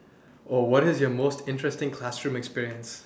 oh what is your most interesting classroom experience